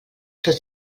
tot